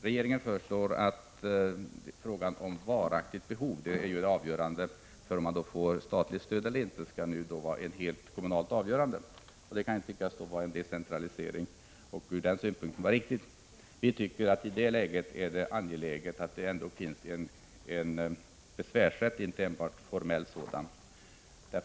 Regeringen föreslår att frågan om varaktigt behov — det är det avgörande för om man får statligt stöd eller inte — nu helt skall avgöras av kommunen. Det kan tyckas innebära en decentralisering och ur den synpunkten vara riktigt. Vi tycker att det i det här läget ändå är angeläget att det finns en besvärsrätt, inte enbart en formell sådan.